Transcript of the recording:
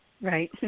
right